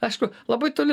aišku labai toli